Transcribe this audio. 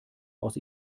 aus